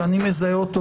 שאני מזהה אותו